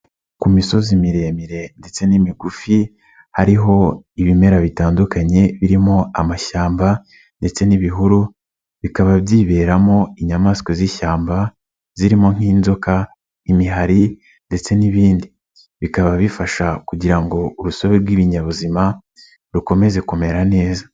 Ku misozi miremire ndetse n'imigufi, hariho ibimera bitandukanye, birimo amashyamba ndetse n'ibihuru, bikaba byiberamo inyamaswa z'ishyamba, zirimo nk'inzoka, imihari ndetse n'ibindi, bikaba bifasha kugira ngo urusobe rw'ibinyabuzima, rukomeze kumera neza.